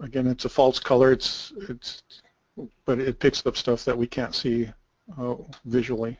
again it's a false-color it's it's but it picks up stuff that we can't see oh visually